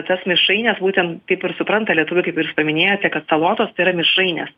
tas mišraines būtent taip ir supranta lietuviai kaip ir jūs paminėjote kad salotos tai yra mišrainės